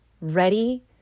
ready